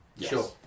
Sure